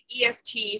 EFT